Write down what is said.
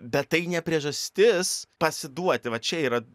bet tai ne priežastis pasiduoti va čia yra